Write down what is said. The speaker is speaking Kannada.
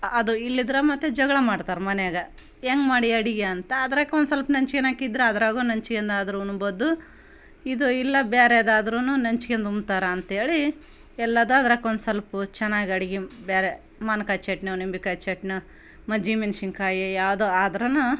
ಅದು ಇಲ್ದಿದ್ರ ಮತ್ತೆ ಜಗಳ ಮಾಡ್ತಾರೆ ಮನ್ಯಾಗೆ ಹೆಂಗ್ ಮಾಡಿಯಿ ಅಡ್ಗೆ ಅಂತ ಅದಕ್ ಒಂದು ಸ್ವಲ್ಪ ನೆಂಚ್ಯ್ಕೊನಕ್ಕೆ ಇದ್ರೆ ಅದರಾಗೂ ನೆಂಚ್ಕೇಂದು ಆದರೂ ಉಣ್ಬೋದು ಇದು ಇಲ್ಲ ಬ್ಯಾರೆದಾದ್ರೂ ನೆಂಚ್ಕೇಂದು ಉಣ್ತಾರ ಅಂತ ಹೇಳಿ ಎಲ್ಲದಾದ್ರಾಕ ಒಂದು ಸ್ವಲ್ಪ ಚೆನ್ನಾಗಿ ಅಡ್ಗೆ ಬೇರೆ ಮಾನ್ಕಾಯಿ ಚಟ್ನ್ಯೋ ನಿಂಬೆಕಾಯಿ ಚಟ್ನ್ಯೋ ಮಜ್ಗೆ ಮೆಣ್ಸಿನ್ಕಾಯಿ ಯಾವುದೋ ಆದ್ರನ